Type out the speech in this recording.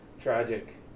tragic